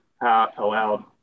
allowed